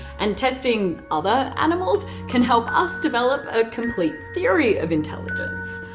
and testing other animals can help us develop a complete theory of intelligence.